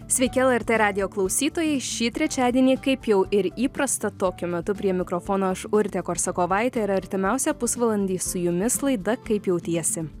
sveiki lrt radijo klausytojai šį trečiadienį kaip jau ir įprasta tokiu metu prie mikrofono aš urtė korsakovaitė ir artimiausią pusvalandį su jumis laida kaip jautiesi